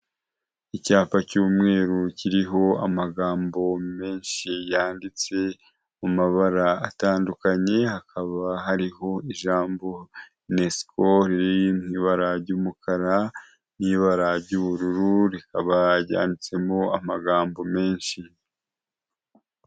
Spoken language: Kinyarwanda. Icyapa cy'umweru kiriho amagambo menshi yanditse mu mabara atandukanye, hakaba hariho ijambo NESCO riri mu ibara ry'umukara n'ibara ry'ubururu rikaba ryanditsemo amagambo menshi.